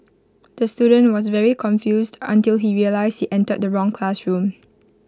the student was very confused until he realised he entered the wrong classroom